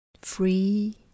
free